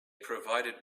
provided